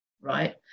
right